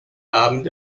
abend